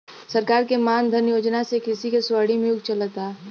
सरकार के मान धन योजना से कृषि के स्वर्णिम युग चलता